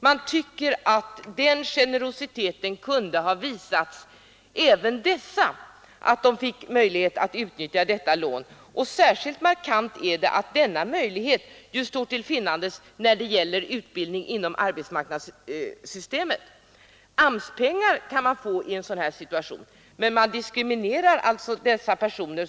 Jag tycker att man kunde ha visat dessa kvinnor den generositeten att de fått utnyttja denna lånemöjlighet. Det är särskilt markant att denna möjlighet står till buds när det gäller utbildning inom arbetsmarknadssystemet. Man kan nämligen få AMS-pengar i en sådan situation. Men här diskriminerar man dessa kvinnor.